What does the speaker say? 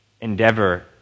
Endeavor